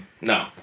No